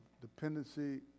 dependency